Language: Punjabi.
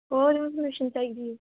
ਹੋਰ ਇਨਫੋਰਮੇਸ਼ਨ ਚਾਹੀਦੀ ਐ